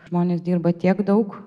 žmonės dirba tiek daug